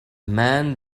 man